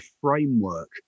framework